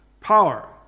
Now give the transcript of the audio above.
power